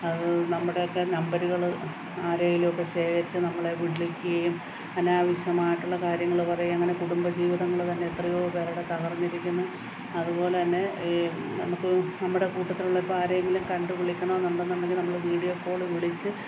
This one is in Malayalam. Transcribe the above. അതു നമ്മുടെയൊക്കെ നമ്പറുകൾ ആരെങ്കിലുമൊക്കെ ശേഖരിച്ച് നമ്മളെ വിളിക്കുകയും അനാവശ്യമായിട്ടുള്ള കാര്യങ്ങൾ പറയുകയും അങ്ങനെ കുടുംബ ജീവിതങ്ങൾ തന്നെ എത്രയോ പേരുടെ തകർന്നിരിക്കുന്നു അതുപോലെ തന്നെ ഈ നമുക്ക് നമ്മുടെ കൂട്ടത്തിലുള്ള ഇപ്പാരെയെങ്കിലും കണ്ട് വിളിക്കണമെന്നുണ്ടെന്നുണ്ടെങ്കിൽ നമ്മൾ വീഡിയോ കോൾ വിളിച്ച്